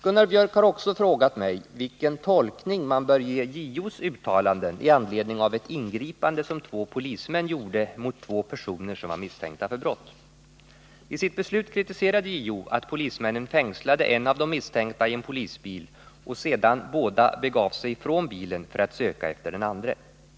Gunnar Björk har också frågat mig vilken tolkning man bör ge JO:s uttalanden i anledning av ett ingripande som två polismän gjorde mot två personer som var misstänkta för brott. I sitt beslut kritiserade JO att polismännen fängslade en av de misstänkta i en polisbil, och sedan begav sig båda från bilen för att söka efter den andre misstänkte personen.